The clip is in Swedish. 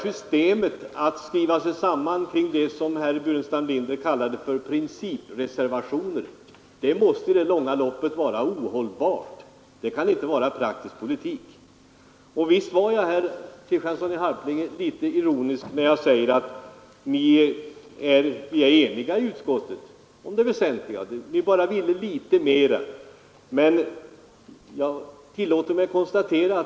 Systemet att skriva sig samman till vad herr Burenstam Linder kallade principreservationer måste i det långa loppet vara ohållbart. Det kan inte vara praktisk politik. Visst är jag, herr Kristiansson i Harplinge, litet ironisk när jag säger att vi i utskottet var eniga om paketet — centerpartiet ville bara ”litet mera”.